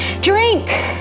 drink